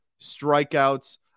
strikeouts